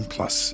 Plus